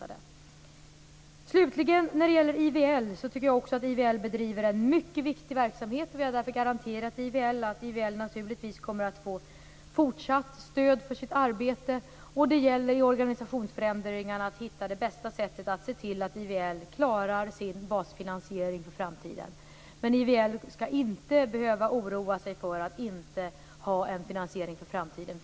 När det slutligen gäller IVL anser också jag att IVL bedriver en mycket viktig verksamhet. Vi har därför garanterat IVL att det naturligtvis kommer att få fortsatt stöd för sitt arbete. Det gäller i organisationsförändringarna att hitta det bästa sättet att se till att IVL klarar sin basfinansiering för framtiden. Men IVL skall inte behöva oroa sig för att inte ha en finansiering för framtiden.